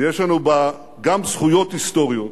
ויש לנו בה גם זכויות היסטוריות,